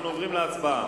אנחנו עוברים להצבעה.